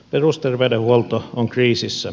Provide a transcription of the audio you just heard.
perusterveydenhuolto on kriisissä